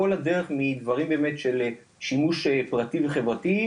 כל הדרך מדברים של שימוש פרטי וחברתי,